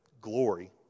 glory